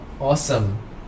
Awesome